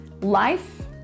life